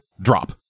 drop